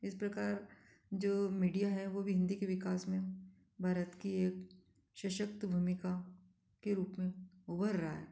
इस प्रकार जो मीडिया हैं वह भी हिंदी के विकास में भारत के शसक्त भूमिका के रूप में उभर रहा है